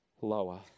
lower